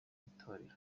itorero